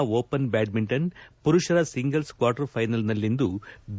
China open badminton ಪುರುಷರ single quarter ಫೈನಲ್ನಲ್ಲಿಂದು B